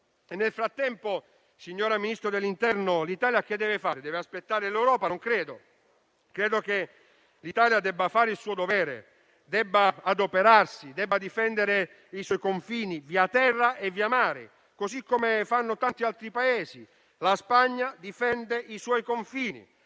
Nel frattempo, signora Ministro dell'interno, cosa deve fare l'Italia? Non credo debba aspettare l'Europa. Credo che l'Italia debba fare il suo dovere, debba adoperarsi, difendere i suoi confini via terra e via mare, come fanno tanti altri Paesi: la Spagna difende i suoi confini,